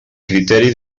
criteri